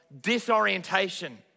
disorientation